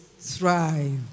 thrive